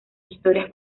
historias